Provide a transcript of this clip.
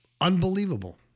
Unbelievable